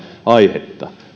aihetta